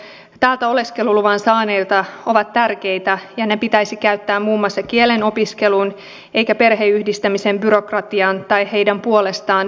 alkuvaiheet täältä oleskeluluvan saaneilla ovat tärkeitä ja ne pitäisi käyttää muun muassa kielen opiskeluun eikä perheenyhdistämisen byrokratiaan tai heidän puolestaan pelkäämiseen